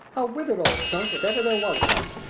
a withered old skunk, if ever there was one!